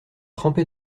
trempé